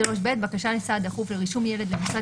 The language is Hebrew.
(3ב) בקשה לסעד דחוף לרישום ילד למוסד